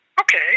okay